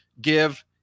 give